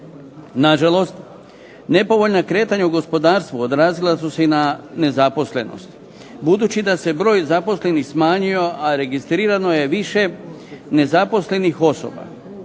Nažalost, nepovoljna kretanja u gospodarstvu odrazila su se i na nezaposlenost. Budući da se broj zaposlenih smanjio, a registrirano je više nezaposlenih osoba.